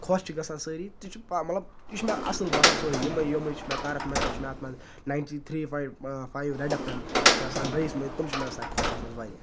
خۄش چھِ گژھان سٲری تہِ چھُ پہ مطلب تہِ چھُ مےٚ اَصٕل باسان سورُے یِمَے یِمَے چھِ مےٚ تارک مہتا چھِ مےٚ اَتھ منٛز ninety three point five red F M چھِ آسان رعیٖس محی تم چھِ مےٚ گژھان خۄش اَتھ منٛز واریاہ